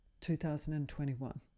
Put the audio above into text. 2021